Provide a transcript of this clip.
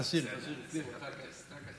תשאיר, תשאיר,